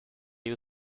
you